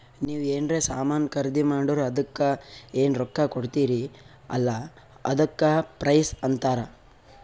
ನೀವ್ ಎನ್ರೆ ಸಾಮಾನ್ ಖರ್ದಿ ಮಾಡುರ್ ಅದುಕ್ಕ ಎನ್ ರೊಕ್ಕಾ ಕೊಡ್ತೀರಿ ಅಲ್ಲಾ ಅದಕ್ಕ ಪ್ರೈಸ್ ಅಂತಾರ್